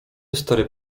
stary